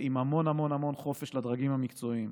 עם המון המון המון חופש לדרגים המקצועיים.